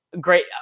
great